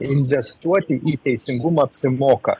investuoti į teisingumą apsimoka